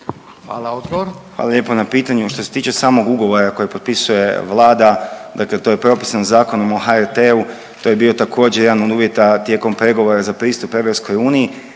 Krešimir** Hvala lijepo na pitanju. Što se tiče samog ugovora koji potpisuje Vlada dakle to je propisan Zakonom o HRT-u, to je bio također jedan od uvjeta tijekom pregovora za pristup EU, samu